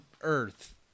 earth